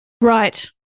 Right